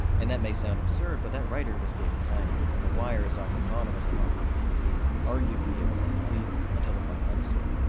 and that may sound absurd, but that writer was david simon, and the wire is often thought of as a novel on tv arguably, it wasn't complete until the final episode.